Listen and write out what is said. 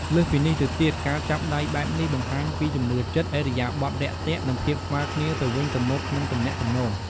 លើសពីនេះទៅទៀត ការចាប់ដៃបែបនេះបង្ហាញពីជំនឿចិត្ត ឥរិយាបថរាក់ទាក់ និងភាពស្មើគ្នាទៅវិញទៅមកក្នុងទំនាក់ទំនង។